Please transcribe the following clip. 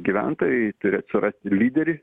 gyventojai turi atsirasti lyderį